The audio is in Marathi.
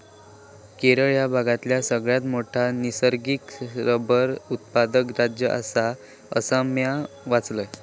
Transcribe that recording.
केरळ ह्या भारतातला सगळ्यात मोठा नैसर्गिक रबर उत्पादक राज्य आसा, असा म्या वाचलंय